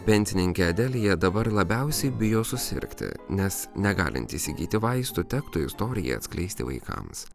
pensininkė adelija dabar labiausiai bijo susirgti nes negalinti įsigyti vaistų tektų istoriją atskleisti vaikams